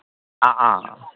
অঁ অঁ